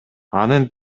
анын